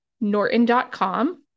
Norton.com